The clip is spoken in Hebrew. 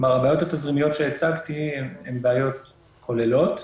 כלומר, הבעיות התזרימיות שהצגתי הן בעיות כוללות,